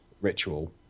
ritual